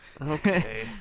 okay